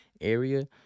area